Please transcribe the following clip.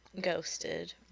ghosted